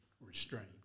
restraint